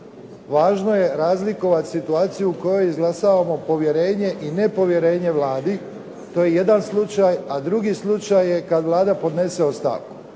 Važno je razlikovati situaciju u kojoj izglasavamo povjerenje i nepovjerenje Vladi. To je jedan slučaj. A drugi slučaj je kad Vlada podnese ostavku.